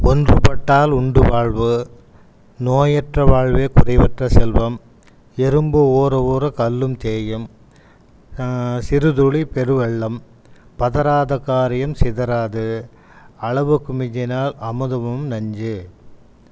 ஒன்றுபட்டால் உண்டு வாழ்வு நோயற்ற வாழ்வே குறைவற்ற செல்வம் எறும்பு ஊற ஊற கல்லும் தேயும் சிறுதுளி பெருவெள்ளம் பதறாத காரியம் சிதறாது அளவுக்கு மிஞ்சினால் அமுதமும் நஞ்சு